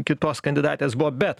kitos kandidatės buvo bet